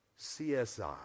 csi